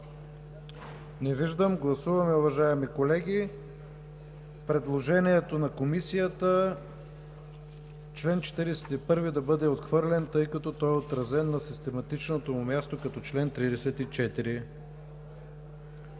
Не виждам. Гласуваме, уважаеми колеги, предложението на Комисията чл. 41 да бъде отхвърлен, тъй като е отразен на систематичното му място като чл. 34.